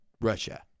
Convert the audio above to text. Russia